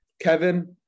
Kevin